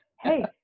hey